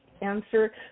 answer